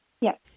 Yes